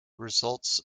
results